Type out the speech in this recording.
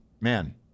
man